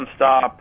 nonstop